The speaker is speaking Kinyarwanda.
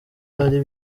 ari